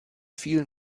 vielen